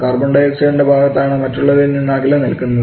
കാർബൺഡയോക്സൈഡ്ൻറെ ഭാഗമാണ് മറ്റുള്ളവയിൽനിന്ന് അകലെ നിൽക്കുന്നത്